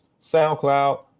SoundCloud